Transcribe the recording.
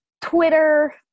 Twitter